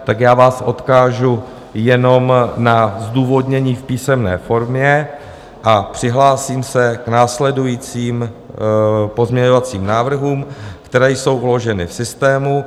Tak já vás odkážu jenom na zdůvodnění v písemné formě a přihlásím se k následujícím pozměňovacím návrhům, které jsou uloženy v systému: